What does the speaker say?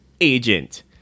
agent